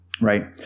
Right